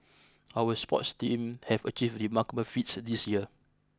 our sports teams have achieved remarkable feats this year